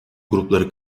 grupları